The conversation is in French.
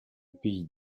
pays